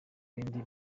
bindi